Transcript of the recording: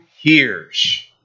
hears